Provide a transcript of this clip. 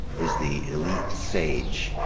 is the elite sage.